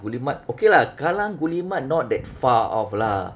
guillemard okay lah kallang guillemard not that far off lah